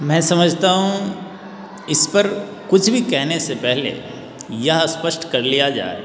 मैं समझता हूँ इस पर कुछ भी कहने से पहले यह स्पष्ट कर लिया जाए